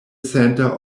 center